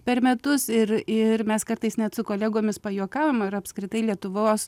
per metus ir ir mes kartais net su kolegomis pajuokaujam ar apskritai lietuvos